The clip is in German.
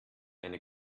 eine